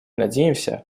надеемся